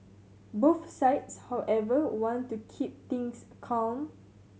both sides however want to keep things calm